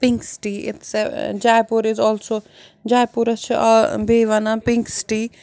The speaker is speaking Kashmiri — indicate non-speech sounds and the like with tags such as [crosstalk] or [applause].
pink city [unintelligible] Jaipur is also جایپوٗرَس چھِ بیٚیہِ وَنان پِنٛک سِٹی